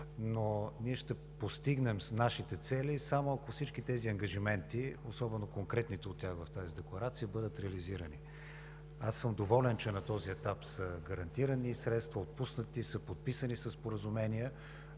Но ние ще постигнем нашите цели, само ако всички тези ангажименти, особено конкретните от тях в тази декларация, бъдат реализирани. Аз съм доволен, че на този етап са гарантирани средства, отпуснати са, подписани са споразумения,